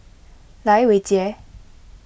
Lai Weijie